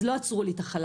אז לא עצרו לי את החל"ת,